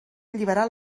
liberal